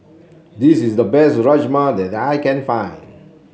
this is the best Rajma that I can find